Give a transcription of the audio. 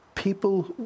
People